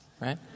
right